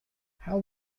how